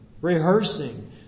rehearsing